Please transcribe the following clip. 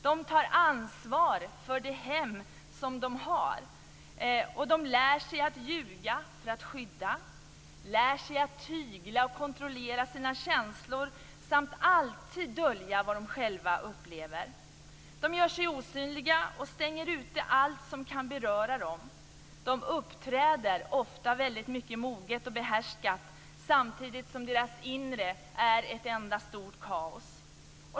De tar ansvar för det hem de har, de lär sig att ljuga för att skydda, lär sig att tygla och kontrollera sina känslor samt att alltid dölja vad de själva upplever. De gör sig osynliga och stänger ute allt som kan beröra dem. De uppträder ofta mycket moget och behärskat, samtidigt som deras inre är ett enda stort kaos.